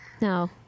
No